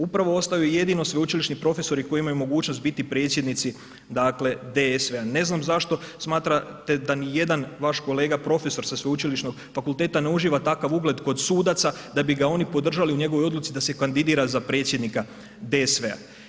Upravo ostaju jedino sveučilišni profesori koji imaju mogućnost biti predsjednici DSV-a, ne znam zašto smatrate da nijedan vaš kolega profesor sa sveučilišnog fakulteta ne uživa takav ugled kod sudaca da bi ga oni podržali u njegovoj odluci da se kandidira za predsjednika DSV-a.